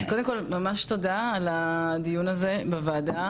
אז קודם כל ממש תודה על הדיון הזה בוועדה.